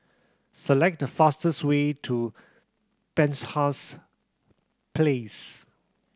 select the fastest way to Penshurst Place